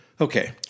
Okay